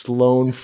Sloan